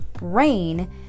Rain